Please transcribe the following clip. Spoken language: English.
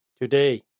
Today